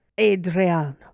Adriano